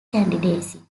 candidacy